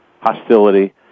hostility